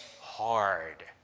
hard